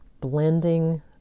blending